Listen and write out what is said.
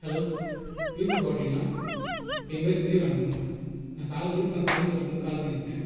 hello Yusuf ஹோட்டலுங்களா என் பெயரு விவேகானந்தன் நான் சாலம் விழுப்புரம் சாலம்மேட்டுலருந்து கால் பண்ணியிருக்கேன்